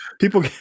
People